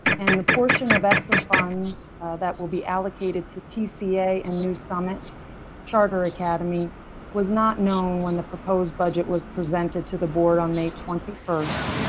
and the portion of extra funds that will be allocated to tissier in new summit charter academy was not known when the proposed budget was presented to the board on may twenty first.